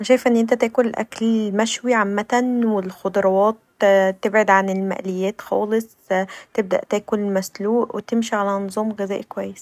أنا شايفه انك تاكل اكل مشوي عمتا و الخضراوات تبعد عن المقليات خالص تبدا تاكل مسلوق وتمشي علي نظام غذائي كويس